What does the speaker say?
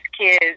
kids